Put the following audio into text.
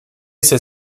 s’est